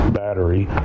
battery